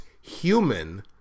human